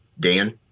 Dan